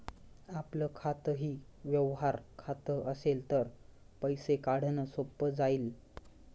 आपलं खातंही व्यवहार खातं असेल तर पैसे काढणं सोपं जाईल